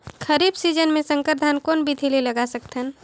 खरीफ season मे संकर धान कोन विधि ले लगा सकथन?